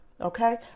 Okay